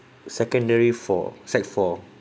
secondary four sec four